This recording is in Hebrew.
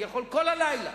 אני יכול כל הלילה